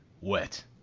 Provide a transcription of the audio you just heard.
wet